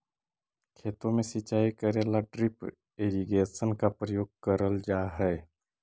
खेतों में सिंचाई करे ला ड्रिप इरिगेशन का प्रयोग करल जा हई